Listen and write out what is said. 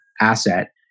asset